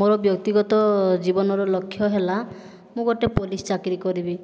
ମୋ'ର ବ୍ୟକ୍ତିଗତ ଜୀବନର ଲକ୍ଷ୍ୟ ହେଲା ମୁଁ ଗୋଟିଏ ପୋଲିସ ଚାକିରି କରିବି